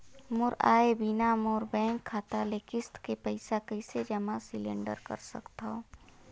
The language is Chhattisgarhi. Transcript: मोर आय बिना मोर बैंक खाता ले किस्त के पईसा कइसे जमा सिलेंडर सकथव?